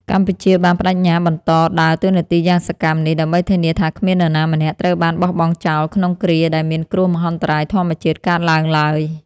កម្ពុជាបានប្តេជ្ញាបន្តដើរតួនាទីយ៉ាងសកម្មនេះ ដើម្បីធានាថាគ្មាននរណាម្នាក់ត្រូវបានបោះបង់ចោលក្នុងគ្រាដែលមានគ្រោះមហន្តរាយធម្មជាតិកើតឡើងឡើយ។